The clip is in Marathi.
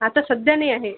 आता सध्या नाही आहे